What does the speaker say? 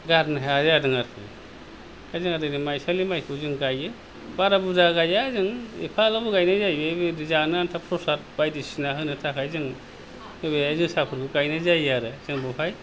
गारनो हाया जादों आरोखि दा जोङो माइसालि माइखौ जों गायो बारा बुरजा गाया जों एफाल' गायनाय जायो बे बिदि जानो आनथा प्रसाद बायदिसिना होनो थाखाय जों जोसाफोरखौ गायनाय जायो आरो जों बेवहाय